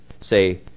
say